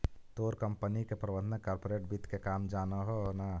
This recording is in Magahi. तोर कंपनी के प्रबंधक कॉर्पोरेट वित्त के काम जान हो न